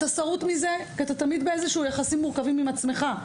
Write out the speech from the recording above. אתה שרוט מזה כי אתה תמיד ביחסים מורכבים עם עצמך.